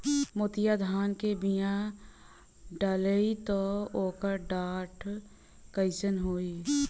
मोतिया धान क बिया डलाईत ओकर डाठ कइसन होइ?